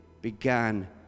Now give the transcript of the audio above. began